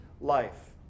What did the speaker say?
life